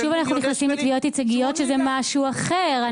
שוב אנחנו נכנסים לתביעות ייצוגיות שזה משהו אחר.